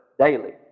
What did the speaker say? daily